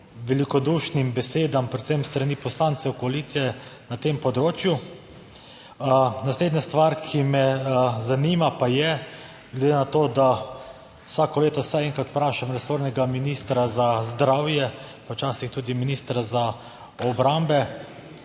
velikodušnim besedam, predvsem s strani poslancev koalicije na tem področju. Naslednja stvar, ki me zanima pa je, glede na to, da vsako leto vsaj enkrat vprašam resornega ministra za zdravje, pa včasih tudi ministra za obrambo.